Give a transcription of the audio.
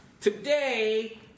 today